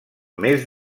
més